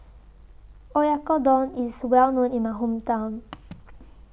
Oyakodon IS Well known in My Hometown